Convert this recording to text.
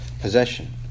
possession